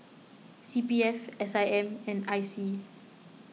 C P F S I M and I C